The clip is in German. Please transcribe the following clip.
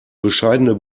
bescheidene